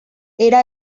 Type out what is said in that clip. era